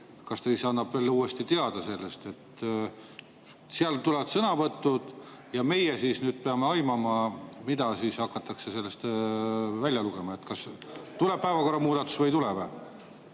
kas ta siis annab uuesti teada sellest? Seal tulevad sõnavõtud ja meie peame aimama, mida hakatakse sellest välja lugema. Kas tuleb päevakorramuudatus või ei tule?